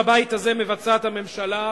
בבית הזה מבצעת הממשלה,